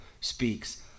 speaks